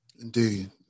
Indeed